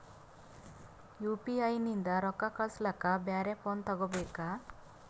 UPI ನಿಂದ ರೊಕ್ಕ ಕಳಸ್ಲಕ ಬ್ಯಾರೆ ಫೋನ ತೋಗೊಬೇಕ?